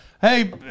Hey